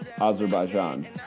Azerbaijan